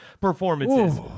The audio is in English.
performances